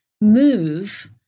move